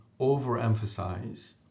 overemphasize